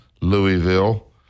Louisville